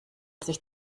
sich